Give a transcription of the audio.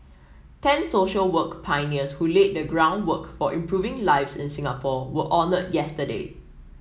ten social work pioneers who laid the groundwork for improving lives in Singapore were honoured yesterday